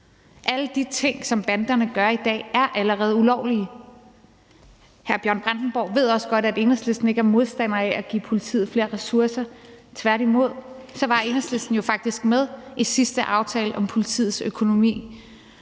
Alle de ting, som banderne gør i dag, er allerede ulovlige. Hr. Bjørn Brandenborg ved også godt, at Enhedslisten ikke er modstander af at give politiet flere ressourcer. Tværtimod var Enhedslisten jo faktisk med i sidste aftale om politiets økonomi,